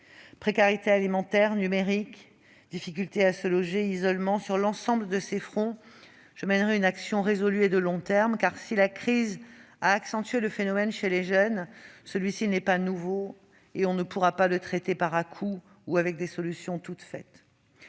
Précarité alimentaire, numérique, difficultés à se loger, isolement : sur l'ensemble de ces fronts, je souhaite mener une action résolue et de long terme. Si la crise a accentué le phénomène chez les jeunes, il n'est pas nouveau, et on ne pourra le traiter ni par à-coups ni avec des solutions toutes faites.